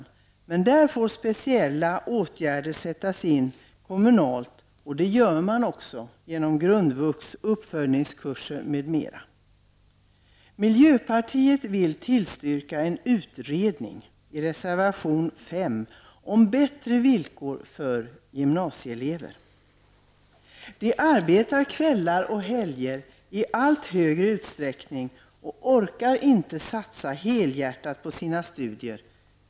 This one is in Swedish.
I dessa fall måste speciella åtgärder vidtas kommunalt. Så sker också genom uppföljningskurser inom grundvux t.ex. Vi i miljöpartiet säger ja till en utredning om bättre villkor för gymnasieelever. Det handlar då om reservation 5. Gymnasieelever arbetar i allt större utsträckning under kvällar och helger och orkar då inte satsa helhjärtat på sina studier.